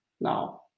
now